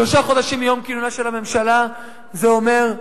שלושה חודשים מיום כינונה של הממשלה, זה אומר,